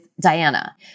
Diana